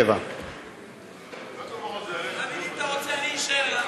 137. ההסתייגות (137) של קבוצת סיעת המחנה